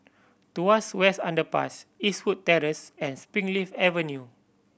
Tuas West Underpass Eastwood Terrace and Springleaf Avenue